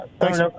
Thanks